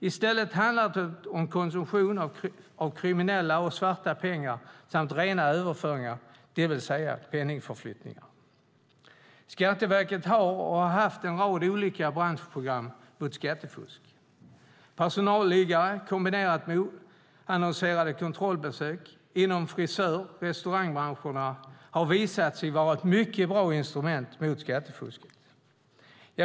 I stället handlar det om konsumtion av kriminella och svarta pengar samt rena överföringar, det vill säga penningförflyttning. Skatteverket har, och har haft, en rad olika branschprogram mot skattefusk. Personalliggare kombinerat med oannonserade kontrollbesök inom frisörs och restaurangbranscherna har visat sig vara ett mycket bra instrument mot skattefusk.